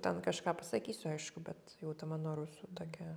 ten kažką pasakysiu aišku bet jau ta mano rusų tokia